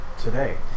today